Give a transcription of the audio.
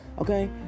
okay